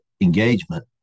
engagement